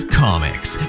comics